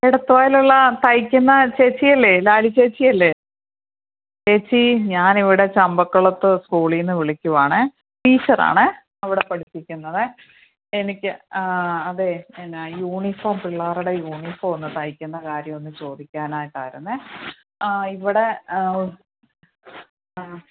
എടത്ത്വയിലുള്ള തെയ്ക്കുന്ന ചേച്ചിയല്ലേ ലാലി ചേച്ചിയല്ലേ ചേച്ചി ഞാനിവിടെ ചമ്പക്കുളത്ത് സ്കൂളീന്ന് വിളിക്കുവാണേ ടീച്ചറാണെ അവിടെ പഠിപ്പിക്കുന്നത് എനിക്ക് അതെ എന്നാ യൂണിഫോം പിള്ളേരുടെ യൂണിഫോം ഒന്ന് തെയ്ക്കുന്ന കാര്യമൊന്ന് ചോദിക്കാനായിട്ടായിരുന്നു ആ ഇവിടെ